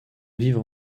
vivre